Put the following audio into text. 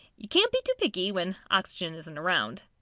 you can't be too picky when oxygen isn't around.